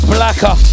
Blacker